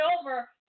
over